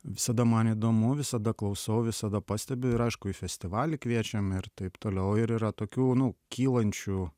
visada man įdomu visada klausau visada pastebiu ir aišku į festivalį kviečiam ir taip toliau ir yra tokių nu kylančių